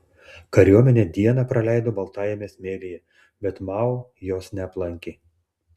kariuomenė dieną praleido baltajame smėlyje bet mao jos neaplankė